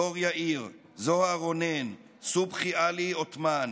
דור יאיר, זוהר רונן, סובחי עלי עות'מאן,